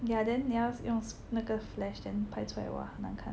ya then 你要用那个 flash then 拍出来哇很难看